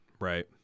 right